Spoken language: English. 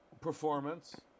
performance